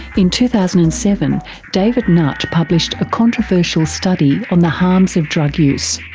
in two thousand and seven david nutt published a controversial study on the harms of drug use.